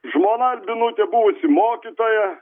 žmona albinutė buvusi mokytoja